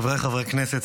חבריי חברי הכנסת,